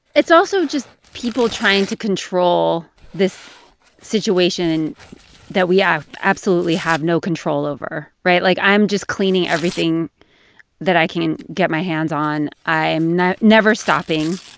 it's also just people trying to control this situation that we ah absolutely have no control over, right? like, i'm just cleaning everything that i can get my hands on. i'm never stopping.